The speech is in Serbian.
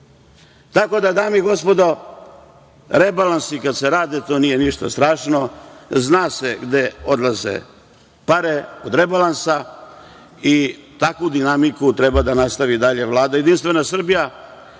da, dame i gospodo, rebalansi kad se rade to nije ništa strašno. Zna se gde odlaze pare od rebalansa. Takvu dinamiku treba da nastavi dalje Vlada.